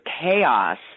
chaos